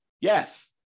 Yes